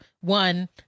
one